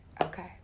Okay